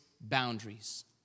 boundaries